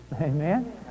Amen